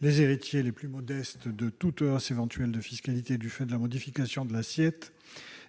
les héritiers les plus modestes de toute hausse éventuelle de fiscalité du fait de la modification de l'assiette